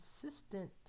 consistent